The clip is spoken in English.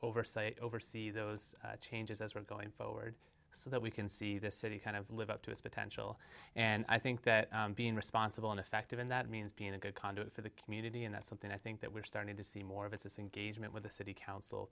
oversight oversee those changes as we're going forward so that we can see this city kind of live up to its potential and i think that being responsible and effective and that means being a good conduit for the community and that's something i think that we're starting to see more of this disengagement with the city council